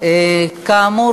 כאמור,